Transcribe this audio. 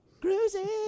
Cruising